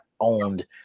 owned